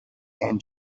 and